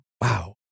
wow